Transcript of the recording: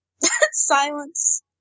Silence